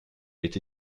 été